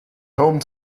home